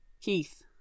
keith